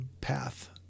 path